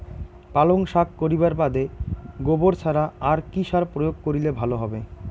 পালং শাক করিবার বাদে গোবর ছাড়া আর কি সার প্রয়োগ করিলে ভালো হবে?